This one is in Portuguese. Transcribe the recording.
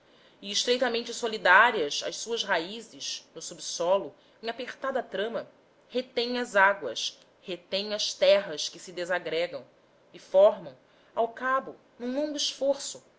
e estreitamente solidárias as suas raízes no subsolo em apertada trama retêm as águas retêm as terras que se desagregam e formam ao cabo num longo esforço